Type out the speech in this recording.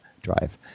drive